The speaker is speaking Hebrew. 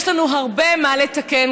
יש לנו הרבה מה לתקן,